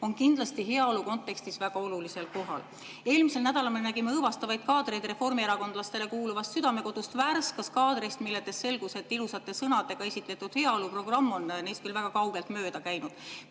on kindlasti heaolu kontekstis väga olulisel kohal. Eelmisel nädalal me nägime õõvastavaid kaadreid reformierakondlastele kuuluvast Südamekodust Värskas, kaadreid, millest selgus, et ilusate sõnadega esitletud heaoluprogramm on neist küll väga kaugelt mööda käinud.